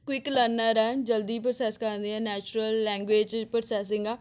quick learner ਹੈ ਜਲਦੀ process ਕਰਦੇ ਆ ਨੈਚੁਰਲ ਲੈਂਗੁਏਜ ਪ੍ਰੋਸੈਸਿੰਗ ਆ